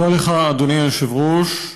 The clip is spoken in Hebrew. אדוני היושב-ראש.